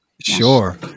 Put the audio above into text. sure